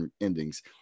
endings